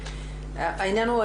העניין הוא,